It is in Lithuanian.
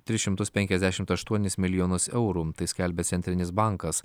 tris šimtus penkiasdešimt aštuonis milijonus eurų skelbia centrinis bankas